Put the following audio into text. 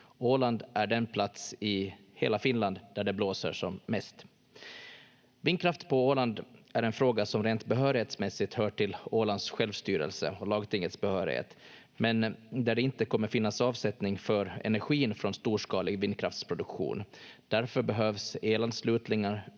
Åland är den plats i hela Finland där det blåser mest. Vindkraft på Åland är en fråga som rent behörighetsmässigt hör till Ålands självstyrelse och lagtingets behörighet men där det inte kommer finnas avsättning för energin från storskalig vindkraftsproduktion. Därför behövs elanslutningar